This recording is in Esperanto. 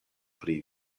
pri